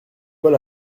paul